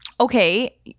okay